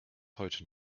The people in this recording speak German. heute